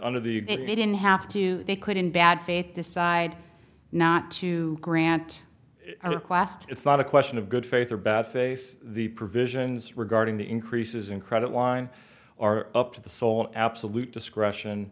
under the they didn't have to they could in bad faith decide not to grant a request it's not a question of good faith or bad faith the provisions regarding the increases in credit line or up to the sole absolute discretion